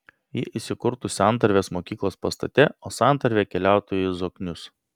ji įsikurtų santarvės mokyklos pastate o santarvė keliautų į zoknius